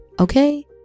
okay